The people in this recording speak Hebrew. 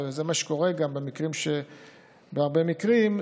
וזה מה שקורה גם בהרבה מקרים,